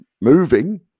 moving